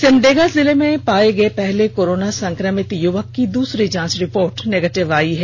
सिमडेगा जिले में पाए गए पहले कोरोना संक्रमित युवक की दूसरी जाँच रिपोर्ट नेगेटिव आई है